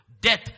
death